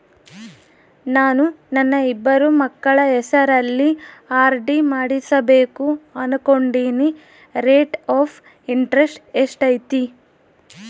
ನಾನು ನನ್ನ ಇಬ್ಬರು ಮಕ್ಕಳ ಹೆಸರಲ್ಲಿ ಆರ್.ಡಿ ಮಾಡಿಸಬೇಕು ಅನುಕೊಂಡಿನಿ ರೇಟ್ ಆಫ್ ಇಂಟರೆಸ್ಟ್ ಎಷ್ಟೈತಿ?